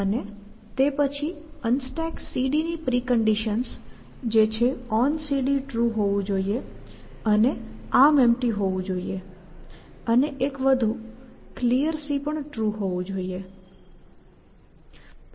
અને તે પછી UnstackCD ની પ્રિકન્ડિશન્સ જે છે onCD ટ્રુ હોવું જોઈએ અને ArmEmpty હોવું જોઈએ અને એક વધુ Clear પણ ટ્રુ હોવું જોઈએ